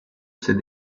ses